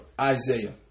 Isaiah